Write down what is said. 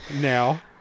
now